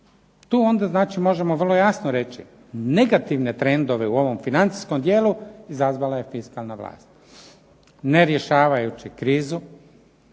Tu onda znači možemo vrlo jasno reći negativne trendove u ovom financijskom dijelu izazvala je fiskalna vlast ne rješavajući krizu